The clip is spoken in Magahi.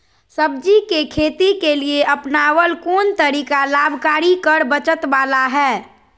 सब्जी के खेती के लिए अपनाबल कोन तरीका लाभकारी कर बचत बाला है?